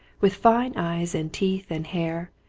with fine eyes and teeth and hair,